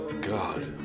God